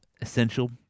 essential